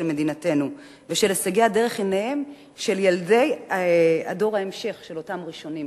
מדינתנו ושל הישגיה דרך עיניהם של ילדי דור ההמשך של אותם ראשונים,